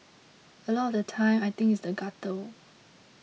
a lot of the time I think it's the gutter